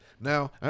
Now